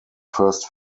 first